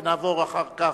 ונעבור אחר כך,